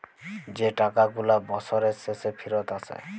যে টাকা গুলা বসরের শেষে ফিরত আসে